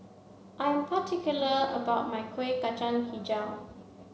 I am particular about my Kueh Kacang Hijau